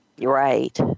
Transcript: Right